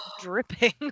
dripping